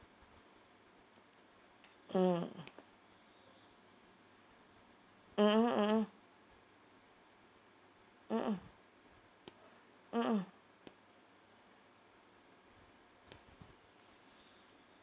mm mmhmm mmhmm mmhmm mmhmm